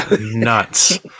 nuts